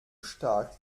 stark